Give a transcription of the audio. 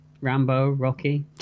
Rambo-Rocky